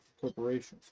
corporations